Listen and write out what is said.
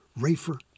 Rafer